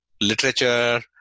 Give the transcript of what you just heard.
literature